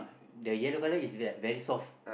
the yellow colour is like very soft